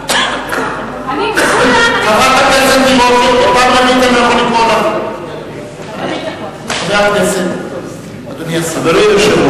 היו לי הרבה מאוד הערות בזמן דברייך.